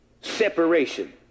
separation